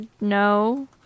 no